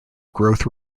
growth